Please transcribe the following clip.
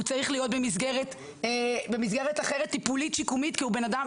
הוא צריך להיות במסגרת אחרת טיפולית שיקומית כי הוא בן אדם,